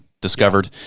discovered